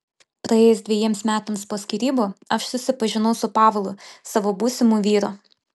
praėjus dvejiems metams po skyrybų aš susipažinau su pavlu savo būsimu vyru